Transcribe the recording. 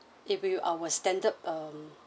if with our standard um